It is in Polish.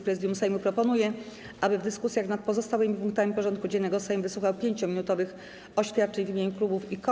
Prezydium Sejmu proponuje, aby w dyskusjach nad pozostałymi punktami porządku dziennego Sejm wysłuchał 5-minutowych oświadczeń w imieniu klubów i koła.